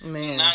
Man